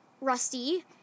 Rusty